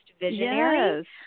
Visionary